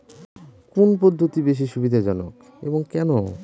কোন পদ্ধতি বেশি সুবিধাজনক এবং কেন?